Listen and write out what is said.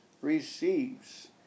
receives